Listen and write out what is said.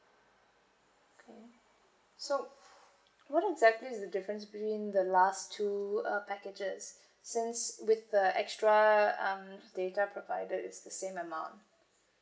okay so what exactly is the difference between the last two uh packages since with the extra um data provided it's the same amount